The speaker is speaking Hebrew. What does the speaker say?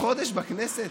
אתה מסכים איתי